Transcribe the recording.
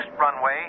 runway